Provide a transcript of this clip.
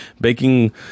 baking